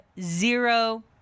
zero